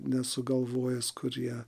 nesugalvojęs kurie